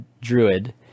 Druid